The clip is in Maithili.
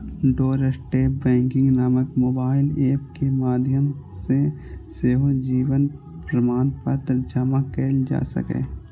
डोरस्टेप बैंकिंग नामक मोबाइल एप के माध्यम सं सेहो जीवन प्रमाणपत्र जमा कैल जा सकैए